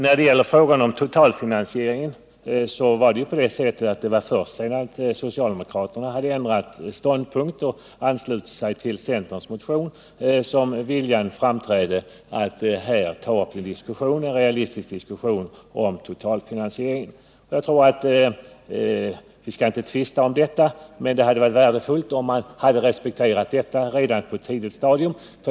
När det gäller frågan om totalfinansieringen var det först sedan socialdemokraterna hade ändrat ståndpunkt och anslutit sig till centerns motion som det kunde bli en realistisk diskussion om totalfinansieringen. Vi skall nu inte tvista om den saken, men det hade varit värdefullt om denna diskussion hade kunnat ske redan på ett tidigare stadium.